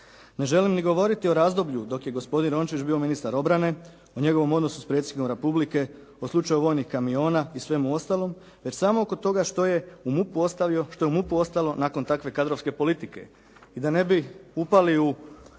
Ne želim ni govoriti o razdoblju dok je gospodin Rončević bio ministar obrane o njegovom odnosu s predsjednikom Republike, o slučaju vojnih kamiona i svemu ostalom već samo oko toga što je u MUP-u ostalo nakon takve kadrovske politike.